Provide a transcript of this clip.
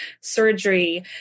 surgery